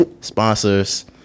Sponsors